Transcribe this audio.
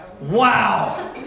Wow